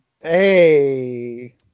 hey